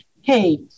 hey